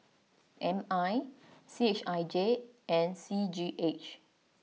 M I C H I J and C G H